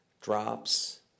drops